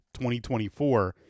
2024